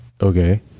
Okay